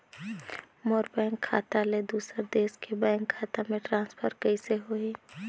मोर bank खाता ले दुसर देश के बैंक खाता मे ट्रांसफर कइसे होही?